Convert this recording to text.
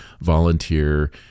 volunteer